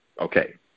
Okay